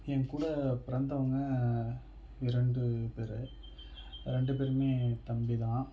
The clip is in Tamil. என்கூட பிறந்தவங்க இரண்டு பேர் ரெண்டு பேருமே தம்பி தான்